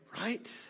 Right